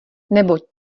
nebo